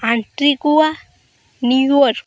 New York